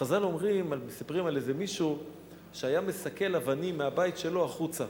חז"ל מספרים על איזה מישהו שהיה מסקל אבנים מהבית שלו החוצה.